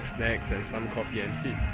snacks and some coffee and tea.